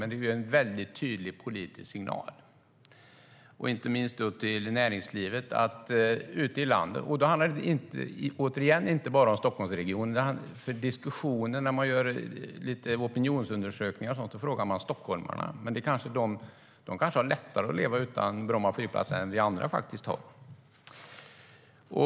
Men det är en mycket tydlig politisk signal, inte minst till näringslivet ute i landet. Då handlar det återigen inte bara om Stockholmsregionen. När man gör opinionsundersökningar brukar man fråga stockholmarna. Men de kanske har lättare att leva utan Bromma flygplats än vi andra.